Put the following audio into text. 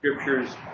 scriptures